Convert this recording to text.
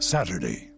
Saturday